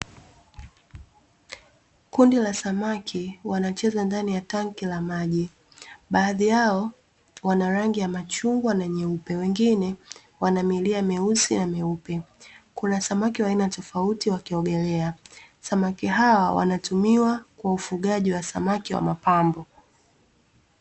Kundi la samaki wanacheza ndani ya tenki la maji, baadhi yao wanarangi ya machungwa na nyeupe wengine wana mikia meusi na mieupe, kuna samaki wa aina tofauti wakiogelea, Samaki hawa wanatumiwa kwa ufugaji wa samaki wa mapambo.